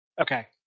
Okay